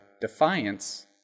Defiance